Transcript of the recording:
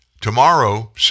tomorrow